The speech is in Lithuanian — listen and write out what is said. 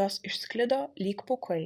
jos išsklido lyg pūkai